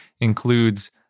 includes